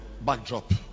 backdrop